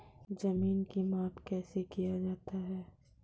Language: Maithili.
जमीन की माप कैसे किया जाता हैं?